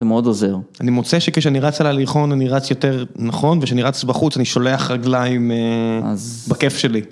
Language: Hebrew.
זה מאוד עוזר. אני מוצא שכשאני רץ על הליכון אני רץ יותר נכון, וכשאני רץ בחוץ אני שולח רגליים בכיף שלי.